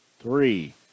three